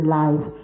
life